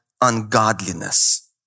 ungodliness